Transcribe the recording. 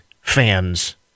fans